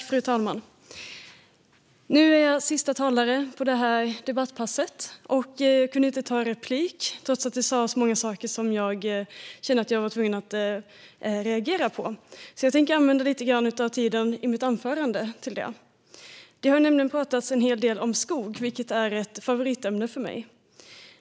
Fru talman! Jag är sista talare i det här debattpasset och kunde därför inte ta replik trots att det sas många saker jag kände mig tvungen att reagera på. Jag tänker därför använda lite grann av tiden i mitt anförande till det. Det har talats en hel del om skog, vilket är ett favoritämne för mig.